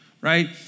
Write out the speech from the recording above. right